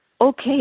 Okay